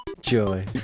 joy